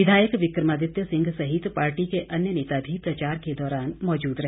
विधायक विक्रमादित्य सिंह सहित पार्टी के अन्य नेता भी प्रचार के दौरान मौजूद रहे